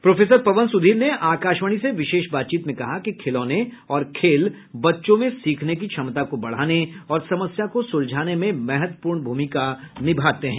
professor Pawan Sudhir ने आकाशवाणी से विशेष बातचीत में कहा कि खिलौने और खेल बच्चों में सीखने की क्षमता को बढाने और समस्या को सुलझाने में महत्वपूर्ण भूमिका निभाते हैं